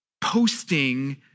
posting